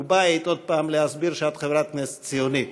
בית עם אנשי ליכוד באחד היישובים בשומרון,